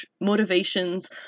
motivations